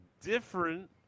different